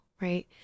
right